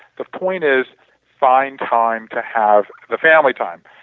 the point is find time to have the family time.